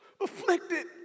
afflicted